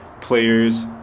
Players